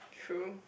true